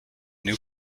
new